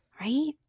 right